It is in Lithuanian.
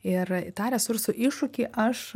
ir į tą resursų iššūkį aš